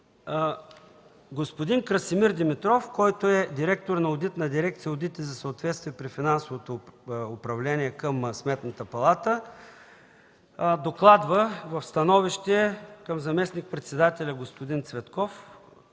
господин Красимир Димитров – директор на одитна дирекция „Одити за съответствие при финансовото управление” (ОСФУ) към Сметната палата, докладва в становище към заместник-председателя господин Цветков